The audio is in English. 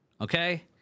Okay